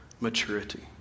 maturity